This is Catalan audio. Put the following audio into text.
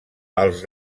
els